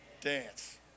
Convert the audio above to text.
dance